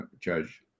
Judge